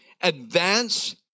advance